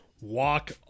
walk